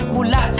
Mula